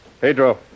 Pedro